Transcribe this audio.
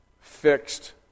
fixed